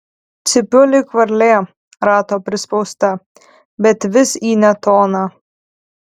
cypiu lyg varlė rato prispausta bet vis į ne toną